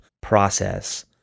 process